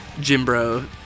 Jimbro